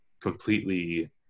completely